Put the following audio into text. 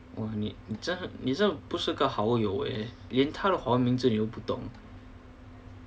哇你真的不是个好友呃你连她的华文名字你都不懂